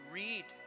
read